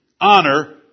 honor